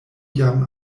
jam